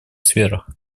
сферах